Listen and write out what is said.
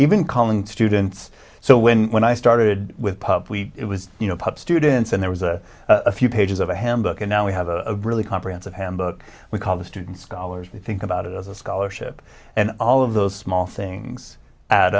even calling students so when when i started with pup we it was you know pub students and there was a few pages of a hymn book and now we have a really comprehensive handbook we call the student scholars you think about it as a scholarship and all of those small things add